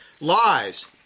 lies